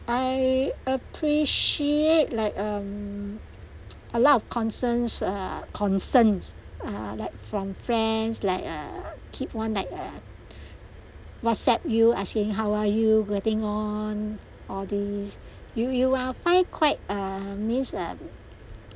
I appreciate like um a lot of concerns uh concerns uh like from friends like uh keep on like uh WhatsApp you asking how are you getting on all these you you uh find quite uh miss uh